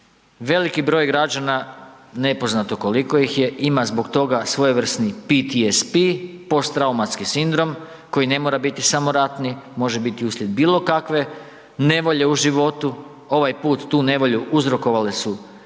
veliki broj građana, nepoznato koliko ih je, ima zbog toga svojevrsni PTSP, posttraumatski sindrom, koji ne mora biti samo ratni, može biti uslijed bilo kakve nevolje u životu, ovaj put tu nevolju uzrokovale su banke